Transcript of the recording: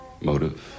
motive